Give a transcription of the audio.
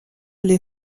les